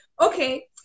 Okay